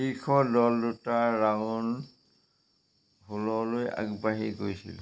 শীৰ্ষ দল দুটাই ৰাউণ্ড ষোল্ললৈ আগবাঢ়ি গৈছিল